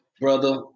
brother